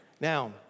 Now